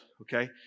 okay